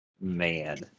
man